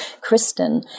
Kristen